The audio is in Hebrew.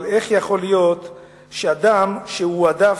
אבל איך יכול להיות שאדם, שהועדף,